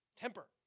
temper